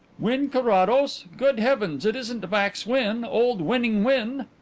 wynn carrados? good heavens! it isn't max wynn old winning wynn?